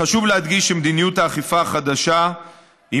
חשוב להדגיש שמדיניות האכיפה החדשה היא